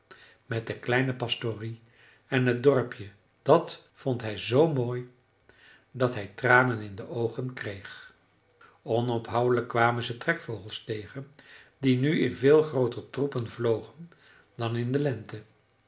met de kleine pastorie en het dorpje dat vond hij zoo mooi dat hij tranen in de oogen kreeg onophoudelijk kwamen ze trekvogels tegen die nu in veel grooter troepen vlogen dan in de lente